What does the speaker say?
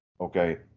Okay